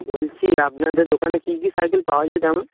বলছি আপনাদের দোকানে কী কী সাইকেল পাওয়া যায় তেমন